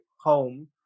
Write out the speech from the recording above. home